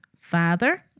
father